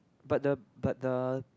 but the but the